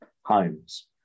homes